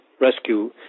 rescue